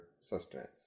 sustenance